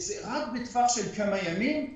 זה בטווח של כמה ימים.